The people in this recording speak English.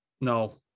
no